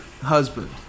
husband